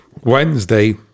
Wednesday